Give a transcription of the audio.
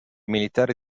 militari